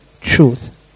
truth